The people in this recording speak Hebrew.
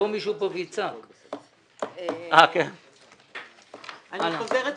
אני חוזרת ומבקשת: